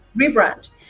rebrand